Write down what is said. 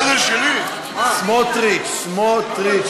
סמוֹטריץ, סמוֹטריץ.